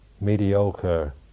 mediocre